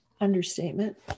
understatement